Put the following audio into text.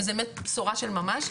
וזאת באמת בשורה של ממש.